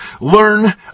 learn